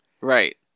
Right